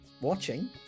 Watching